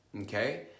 Okay